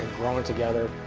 growing together.